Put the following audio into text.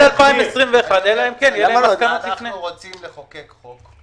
אנחנו רוצים לחוקק חוק.